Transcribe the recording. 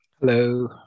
Hello